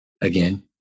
again